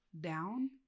down